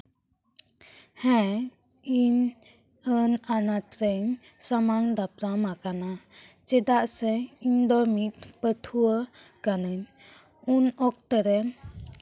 ᱦᱮᱸ ᱤᱧ ᱟᱹᱱ ᱟᱱᱟᱴ ᱨᱮᱧ ᱥᱟᱢᱟᱝ ᱫᱟᱯᱨᱟᱢ ᱟᱠᱟᱱᱟ ᱪᱮᱫᱟᱜ ᱥᱮ ᱤᱧ ᱫᱚ ᱢᱤᱫ ᱯᱟᱹᱴᱷᱩᱣᱟᱹ ᱠᱟᱹᱱᱟᱹᱧ ᱩᱱ ᱚᱠᱛᱚ ᱨᱮᱱ